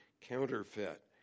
counterfeit